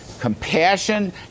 compassion